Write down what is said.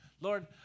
Lord